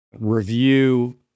review